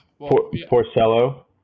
Porcello